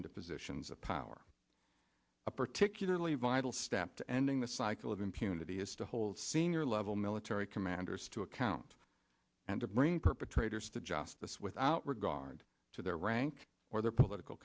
into positions of power particularly vital step to ending the cycle of impunity is to hold senior level military commanders to account and to bring perpetrators to justice without regard to their rank or their political